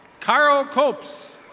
caro copes.